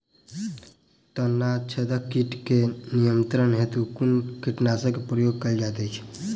तना छेदक कीट केँ नियंत्रण हेतु कुन कीटनासक केँ प्रयोग कैल जाइत अछि?